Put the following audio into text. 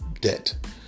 debt